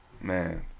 Man